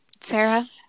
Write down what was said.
Sarah